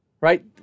right